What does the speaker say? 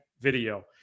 video